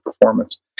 performance